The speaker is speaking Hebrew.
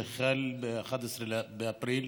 שחל ב-11 באפריל,